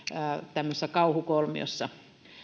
kauhukolmiossa